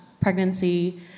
pregnancy